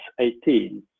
18